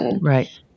Right